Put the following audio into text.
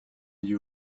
you